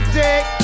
dick